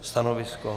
Stanovisko?